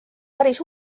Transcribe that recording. päris